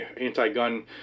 anti-gun